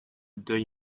deuil